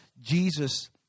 Jesus